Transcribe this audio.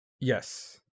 yes